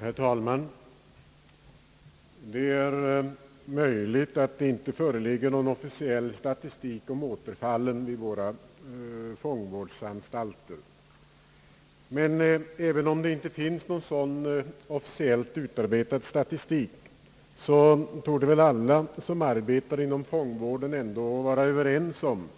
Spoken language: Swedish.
Herr talman! Det är möjligt att det inte föreligger någon officiell statistik över återfallen vid våra fångvårdsanstalter, men även om det inte finns någon sådan officiellt utarbetad statistik så torde väl alla som arbetar inom fångvården ändå vara överens om